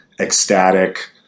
ecstatic